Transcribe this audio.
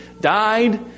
died